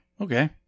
okay